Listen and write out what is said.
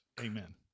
amen